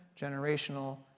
generational